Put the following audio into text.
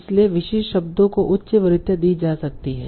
इसलिए विशिष्ट शब्दों को उच्च वरीयता दी जा सकती है